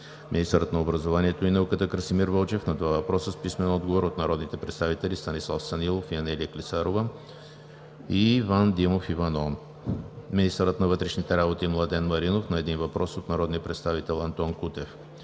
министърът на образованието и науката Красимир Вълчев на два въпрос с писмен отговор от народните представители Станислав Станилов, Анелия Клисарова и Иван Димов Иванов; - министърът на вътрешните работи Младен Маринов на един въпрос от народния представител Антон Кутев;